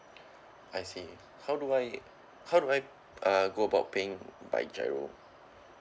I see how do I how do I uh go about paying by giro